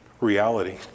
reality